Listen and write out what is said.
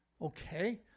Okay